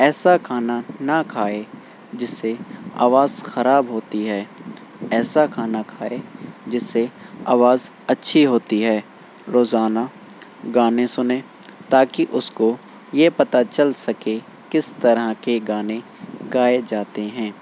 ایسا کھانا نہ کھائے جس سے آواز خراب ہوتی ہے ایسا کھانا کھائے جس سے آواز اچھی ہوتی ہے روزانہ گانے سنے تاکہ اس کو یہ پتہ چل سکے کس طرح کے گانے گائے جاتے ہیں